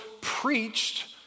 preached